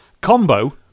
combo